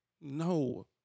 No